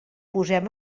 posem